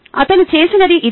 అతను చేసినది ఇదే